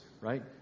right